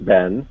Ben